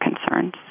concerns